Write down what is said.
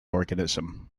organism